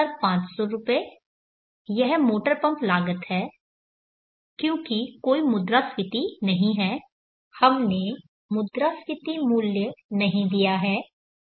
2500 यह motor pump लागत है क्योंकि कोई मुद्रास्फीति नहीं है हमने मुद्रास्फीति मूल्य नहीं दिया है